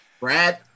Brad